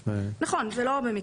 נכון, זה לא במקרה.